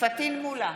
פטין מולא,